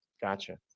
Gotcha